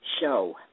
show